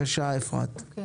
אני